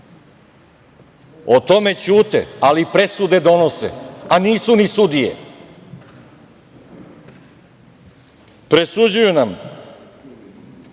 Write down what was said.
O tome ćute, ali presude donese, a nisu ni sudije. Presuđuju nam